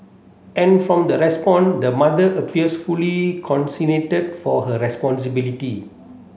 and from the response the mother appears fully for her responsibility